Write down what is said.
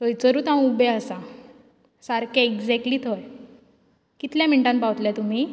थंयसरूच हांव उबें आसा सारकें एक्जेक्टली थंय कितल्या मिनटान पावतले तुमी